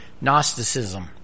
Gnosticism